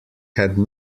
had